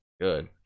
good